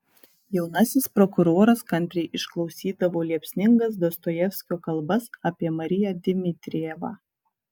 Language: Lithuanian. jaunasis prokuroras kantriai išklausydavo liepsningas dostojevskio kalbas apie mariją dmitrijevą